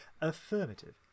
affirmative